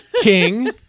king